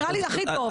נראה לי הכי טוב.